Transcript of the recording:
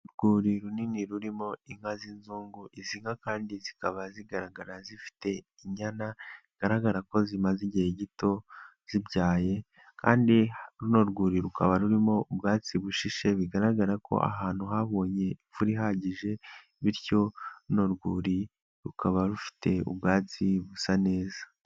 Urwuri runini rurimo inka z'inzungu, kandi bikaba bigaragara ko zifite inyana, zimaze igihe gito zivutse, kandi ururwuri rukaba rurimo ubwatsi bushishe bigaragara ko ari ahantu haguye imvura ihagije, bityo ururwuri rukaba rufite ubwatsi bwiza.